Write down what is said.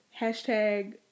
Hashtag